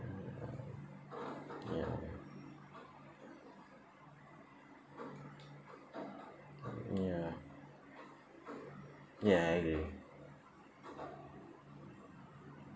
uh ya ya ya I agree